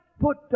put